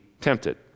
tempted